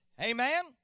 Amen